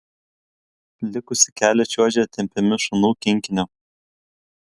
likusį kelią čiuožė tempiami šunų kinkinio